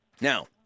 Now